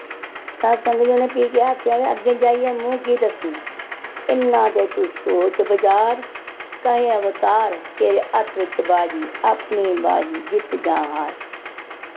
सतसंग च उ'नै फ्ही केह् आखेआ वे अग्गै जाइयै मूंह केह् दस्सन इन्ना ते तू सोच विचार कहे अवतार तेरे हत्थ बिच बाजी अपनी बाजी जित्त जां हार